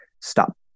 stop